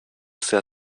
sehr